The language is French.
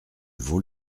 vaux